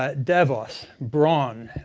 ah davos, bronn,